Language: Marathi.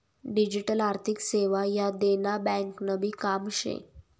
डिजीटल आर्थिक सेवा ह्या देना ब्यांकनभी काम शे